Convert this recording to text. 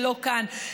שלא כאן,